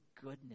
goodness